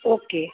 okay